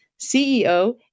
CEO